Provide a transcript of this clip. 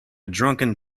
drunken